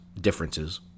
differences